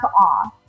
off